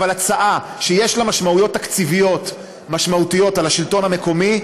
הצעה שיש לה משמעויות תקציביות משמעותיות על השלטון המקומי,